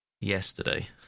yesterday